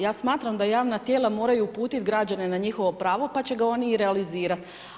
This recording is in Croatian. Ja smatram da javna tijela moraju uputiti građane na njihovo pravo pa će ga oni i realizirati.